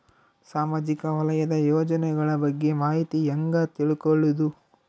ಸಾಮಾಜಿಕ ವಲಯದ ಯೋಜನೆಗಳ ಬಗ್ಗೆ ಮಾಹಿತಿ ಹ್ಯಾಂಗ ತಿಳ್ಕೊಳ್ಳುದು?